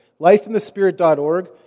lifeinthespirit.org